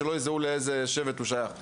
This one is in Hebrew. כדי שלא יזהו לאיזה שבט הוא שייך.